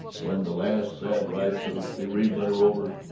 when the last sad rites of bereavement are over,